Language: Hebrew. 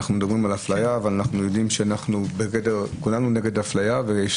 אנו מדברים על אפליה וכולנו נגד אפליה ויש